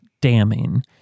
damning